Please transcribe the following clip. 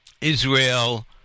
Israel